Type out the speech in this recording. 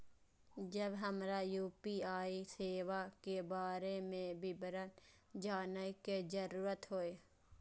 जब हमरा यू.पी.आई सेवा के बारे में विवरण जानय के जरुरत होय?